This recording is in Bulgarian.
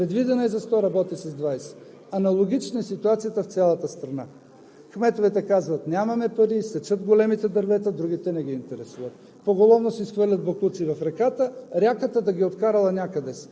максималният размер, при което не допуснахме да се разлива и да се наводнява. Предвидена е за 100, а работи с 20. Аналогична е ситуацията в цялата страна. Кметовете казват: нямаме пари, секат големите дървета, другите не ги интересуват,